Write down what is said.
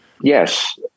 Yes